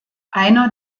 einer